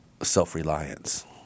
self-reliance